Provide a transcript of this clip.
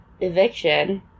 eviction